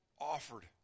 offered